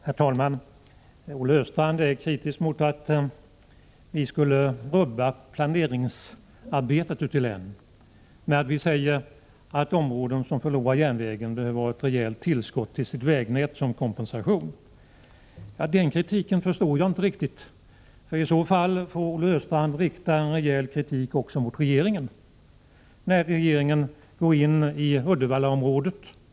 Herr talman! Olle Östrand är kritisk mot oss, eftersom han menar att vi skulle rubba saneringsarbetet ute i länen, när vi säger att områden som förlorar järnvägen som kompensation behöver ett rejält tillskott till sitt vägnät. Den kritiken förstår jag inte riktigt. I så fall måste Olle Östrand också rikta en rejäl kritik mot regeringen, när regeringen går in då det gäller Uddevallaområdet.